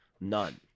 None